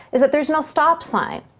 is that there's no stop sign.